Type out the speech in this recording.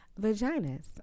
vaginas